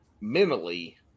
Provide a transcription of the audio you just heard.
mentally